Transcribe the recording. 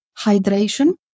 hydration